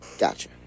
Gotcha